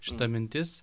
šita mintis